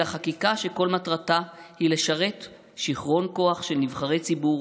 אלא חקיקה שכל מטרתה היא לשרת שיכרון כוח של נבחרי ציבור